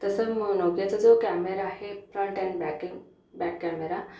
तसं मग नोकियाचा जो कॅमेरा आहे front and backing back camera